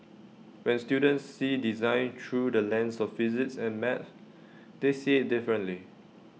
when students see design through the lens of physics and maths they see IT differently